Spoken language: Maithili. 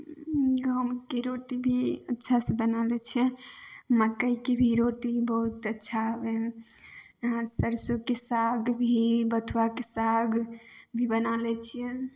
गहूमके रोटी भी अच्छा से बना लै छिए मकइके भी रोटी बहुत अच्छा आबै हइ यहाँ सरिसोके साग भी बथुआके साग भी बना लै छिए